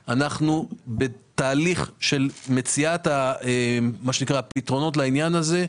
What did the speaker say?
אנחנו בתהליך של מציאת הפתרונות לעניין הזה.